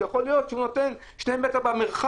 יכול להיות שהוא נותן שני מטר במרחב,